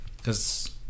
Cause